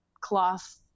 cloth